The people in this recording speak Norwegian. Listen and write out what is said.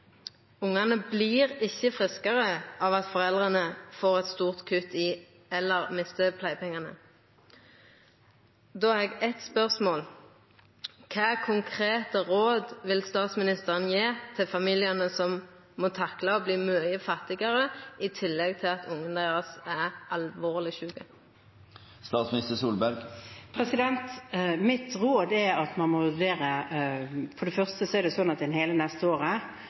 Ungane vert ikkje friskare av at foreldra får eit stort kutt i eller mister pleiepengane. Eg har eitt spørsmål: Kva konkrete råd vil statsministeren gje til familiane som må takla å verta mykje fattigare, i tillegg til at ungen deira er alvorleg sjuk? Mitt råd er at det må vurderes. For det første er det sånn at hele det neste året